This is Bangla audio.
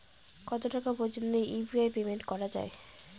কত টাকা পর্যন্ত ইউ.পি.আই পেমেন্ট করা যায়?